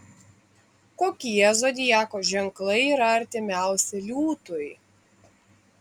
kokie zodiako ženklai yra artimiausi liūtui